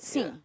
Sim